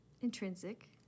intrinsic